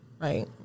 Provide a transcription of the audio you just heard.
right